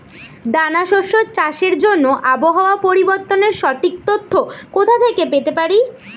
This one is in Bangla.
দানা শস্য চাষের জন্য আবহাওয়া পরিবর্তনের সঠিক তথ্য কোথা থেকে পেতে পারি?